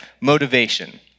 motivation